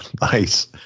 Nice